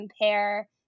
compare